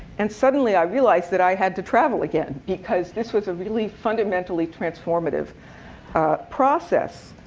and suddenly, i realized that i had to travel again because this was a really fundamentally transformative process.